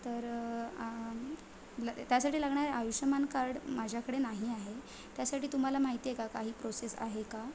तर त्यासाठी लागणारे आयुष्यमान कार्ड माझ्याकडे नाही आहे त्यासाठी तुम्हाला माहिती आहे का काही प्रोसेस आहे का